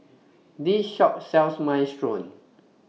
This Shop sells Minestrone